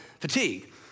fatigue